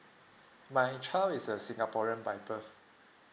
my child is a singaporean by birth